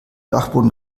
dachboden